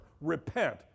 repent